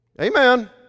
Amen